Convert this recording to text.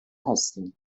هستیم